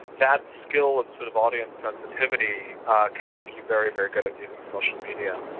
that skill of sort of audience sensitivity can make you very, very good at using social media.